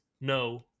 no